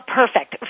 perfect